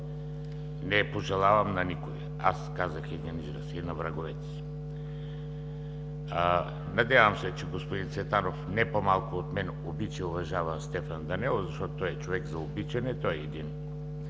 Не пожелавам на никого, аз казах, и на враговете си. Надявам се, че господин Цветанов не по-малко от мен обича и уважава Стефан Данаилов, защото той е човек за обичане, той е един